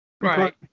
Right